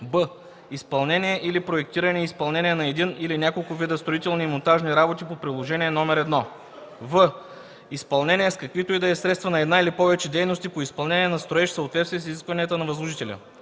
б) изпълнение или проектиране и изпълнение на един или няколко вида строителни и монтажни работи по Приложение № 1; в) изпълнение с каквито и да е средства на една или повече дейности по изпълнение на строеж в съответствие с изискванията на възложителя.”